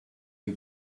you